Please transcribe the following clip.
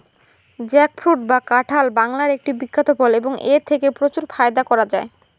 jackfruit বা কাঁঠাল বাংলার একটি বিখ্যাত ফল এবং এথেকে প্রচুর ফায়দা করা য়ায়